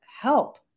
help